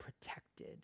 protected